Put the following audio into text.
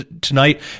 tonight